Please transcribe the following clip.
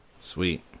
sweet